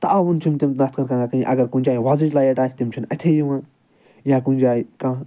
تعاوٗن چھِنہٕ تِم تَتھ منٛز کران کِہیٖنۍ اَگر کُنہِ جایہِ وَزٕج لایٹ آسہِ تِم چھِنہٕ اَتھیٚے یِوان یا کُنہِ جایہِ کانٛہہ